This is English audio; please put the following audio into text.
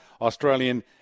Australian